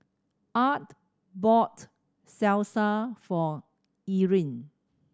Art bought Salsa for Erin